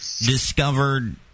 discovered